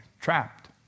trapped